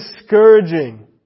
discouraging